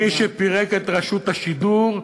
מי שפירק את רשות השידור,